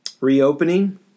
reopening